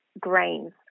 grains